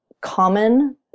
common